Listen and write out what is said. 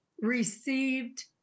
received